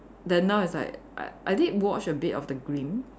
then now it's like I I did watch a bit of the grim